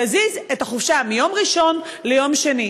יזיז את החופשה מיום ראשון ליום שני.